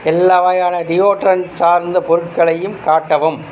எல்லா வகையான டியோடரண்ட் சார்ந்த பொருள்களையும் காட்டவும்